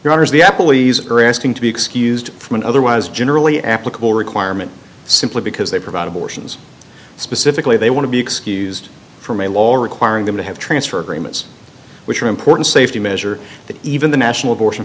happily asking to be excused from an otherwise generally applicable requirement simply because they provide abortions specifically they want to be excused from a law requiring them to have transfer agreements which are important safety measure that even the national abortion